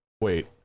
wait